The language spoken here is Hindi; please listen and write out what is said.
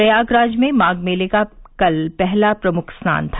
प्रयागराज में माघ मेले का कल पहला प्रमुख स्नान था